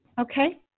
Okay